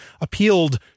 appealed